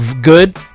good